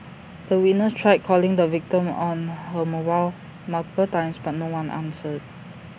the witness tried calling the victim on her mobile multiple times but no one answered